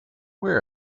where